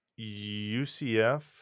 UCF